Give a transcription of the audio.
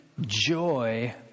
joy